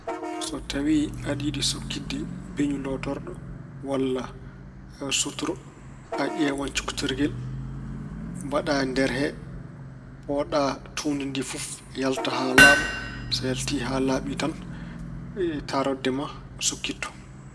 So tawi aɗa yiɗi sukkitde beñu lootorɗo walla suuturo, a ƴeewan coktirgel. Mbaɗaa e nder he. Poɗaa tuundi ndi fof yalta haa laaɓa. So yalti a laaɓi tan, taarorde ma sukkitto.